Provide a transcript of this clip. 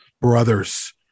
brothers